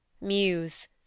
Muse